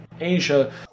Asia